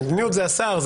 מדיניות זה השר,